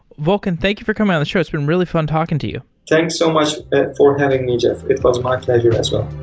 volkan, thank you for coming on the show. it's been really fun talking to you thanks so much for having me, jeff. it was my pleasure as well.